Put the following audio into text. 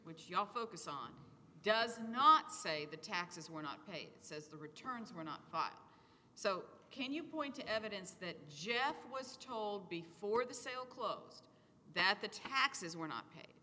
which i'll focus on does not say the taxes were not paid says the returns were not bought so can you point to evidence that jeff was told before the sale closed that the taxes were not pa